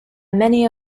many